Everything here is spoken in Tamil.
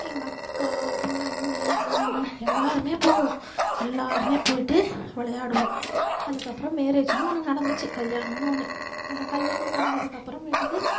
எங்கள் அக்கா எங்கள் அண்ணன் நான் எல்லோருமே போவோம் எல்லோருமே போயிட்டு விளையாடுவோம் அதுக்கப்புறம் மேரேஜுன்னு ஒன்று நடந்துச்சு கல்யாணம்னு ஒன்று அந்த கல்யாணம் நடந்ததுக்கு அப்புறமேட்டுக்கு